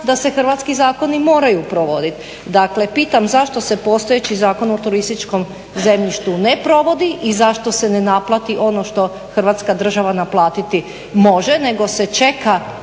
da se hrvatski zakoni moraju provoditi. Dakle, pitam zašto se postojeći Zakon o turističkom zemljištu ne provodi i zašto se ne naplati ono što Hrvatska država naplatiti može, nego se čeka